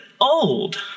old